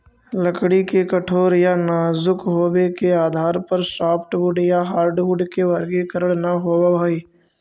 लकड़ी के कठोर या नाजुक होबे के आधार पर सॉफ्टवुड या हार्डवुड के वर्गीकरण न होवऽ हई